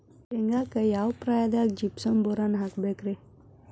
ಶೇಂಗಾಕ್ಕ ಯಾವ ಪ್ರಾಯದಾಗ ಜಿಪ್ಸಂ ಬೋರಾನ್ ಹಾಕಬೇಕ ರಿ?